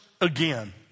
again